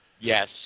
Yes